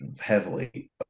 heavily